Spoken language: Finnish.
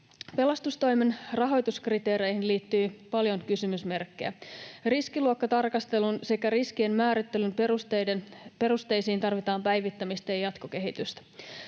Pelastustoimen rahoituskriteereihin liittyy paljon kysymysmerkkejä. Riskiluokkatarkastelun sekä riskien määrittelyn perusteisiin tarvitaan päivittämistä ja jatkokehitystä.